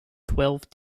twelve